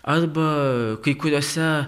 arba kai kuriuose